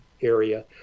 area